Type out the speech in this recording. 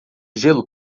gelo